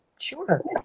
Sure